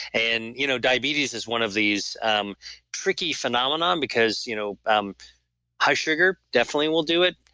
and you know diabetes is one of these um tricky phenomenon because you know um high sugar definitely will do it,